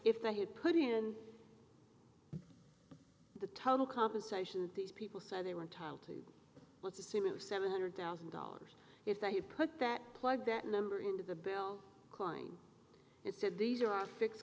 if they had put in the total compensation these people said they were entitled to let's assume it was seven hundred thousand dollars if they put that plug that number into the bill klein it said these are our fix